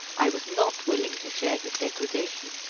i was not willing to share his degradation.